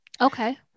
Okay